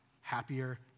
happier